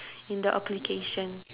in the application